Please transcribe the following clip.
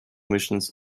missions